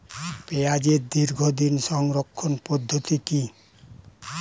পেঁয়াজের দীর্ঘদিন সংরক্ষণ পদ্ধতি কি?